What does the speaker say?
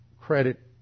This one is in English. credit